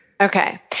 Okay